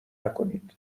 نکنید